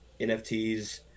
NFTs